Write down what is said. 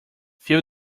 feel